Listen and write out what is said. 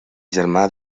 germà